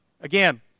Again